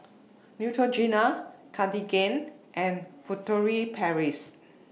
Neutrogena Cartigain and Furtere Paris